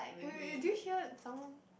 eh wait do you hear someone